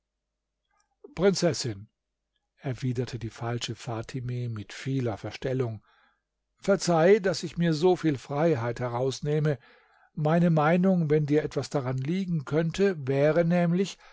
prinzessin erwiderte die falsche fatime mit vieler verstellung verzeih daß ich mir so viel freiheit herausnehme meine meinung wenn dir etwas daran liegen könnte wäre nämlich